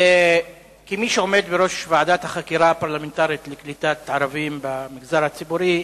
כמי שעומד בראש ועדת החקירה הפרלמנטרית לקליטת ערבים במגזר הציבורי,